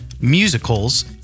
musicals